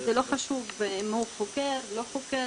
זה לא חשוב אם הוא חוקר או לא חוקר,